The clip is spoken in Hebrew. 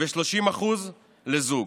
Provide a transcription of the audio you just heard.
ו-30% לזוג.